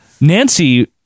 Nancy